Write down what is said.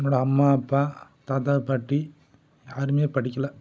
என்னோடய அம்மா அப்பா தாத்தா பாட்டி யாருமே படிக்கலை